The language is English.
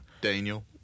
Daniel